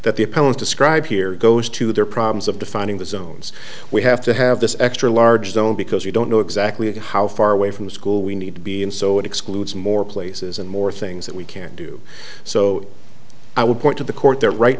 that the appellate described here goes to their problems of defining the zones we have to have this extra large zone because we don't know exactly how far away from school we need to be and so it excludes more places and more things that we can do so i would point to the court that right